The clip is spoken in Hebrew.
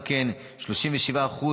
37%